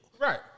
Right